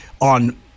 on